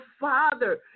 Father